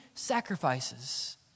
sacrifices